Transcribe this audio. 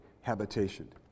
habitation